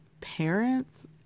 parents